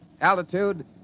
Altitude